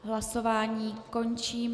Hlasování končím.